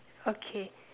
okay